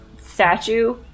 statue